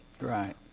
Right